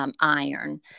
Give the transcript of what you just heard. iron